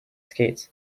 skates